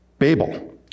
Babel